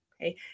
Okay